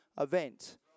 event